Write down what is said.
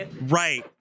Right